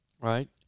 right